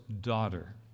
daughter